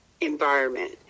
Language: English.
environment